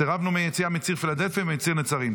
סירבנו ליציאה מציר פילדלפי ומציר נצרים.